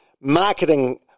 marketing